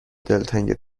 دلتنگ